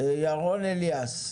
ירון אליאס,